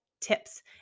tips